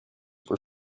were